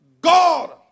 God